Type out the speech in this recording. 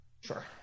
Sure